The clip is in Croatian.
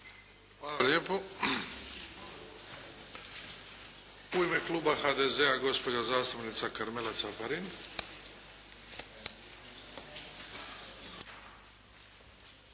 Hvala lijepo. U ime kluba HDZ-a gospođa zastupnica Karmela Caparin.